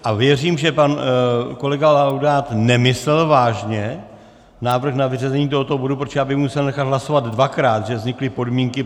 A věřím, že pan kolega Laudát nemyslel vážně návrh na vyřazení tohoto bodu, protože já bych musel nechat hlasovat dvakrát, že vznikly podmínky...